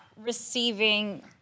Receiving